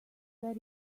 very